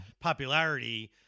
popularity